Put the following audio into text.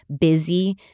busy